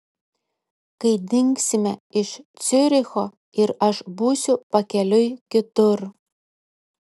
kai dingsime iš ciuricho ir aš būsiu pakeliui kitur